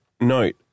note